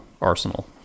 arsenal